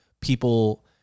people